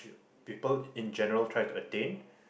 people in general try to attain